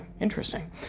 Interesting